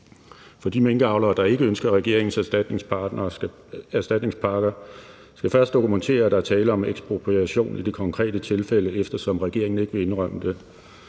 For de minkavlere, der ikke ønsker regeringens erstatningspakker, skal først dokumentere, at der er tale om ekspropriation i det konkrete tilfælde, eftersom regeringen ikke vil indrømme det.